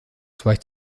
zweig